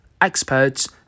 experts